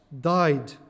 died